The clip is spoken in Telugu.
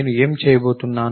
నేను ఏమి చేయబోతున్నాను